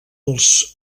dels